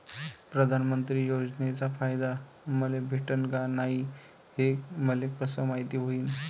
प्रधानमंत्री योजनेचा फायदा मले भेटनं का नाय, हे मले कस मायती होईन?